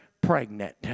Pregnant